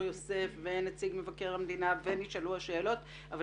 יוסף ועל ידי נציג מבקר המדינה ונשאלו השאלות אבל